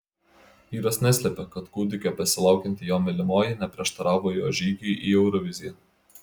vyras neslėpė kad kūdikio besilaukianti jo mylimoji neprieštaravo jo žygiui į euroviziją